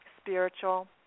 spiritual